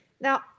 Now